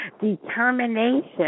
Determination